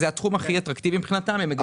זה התחום הכי אטרקטיבי מבחינתם.